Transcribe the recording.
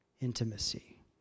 intimacy